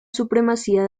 supremacía